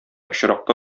очракта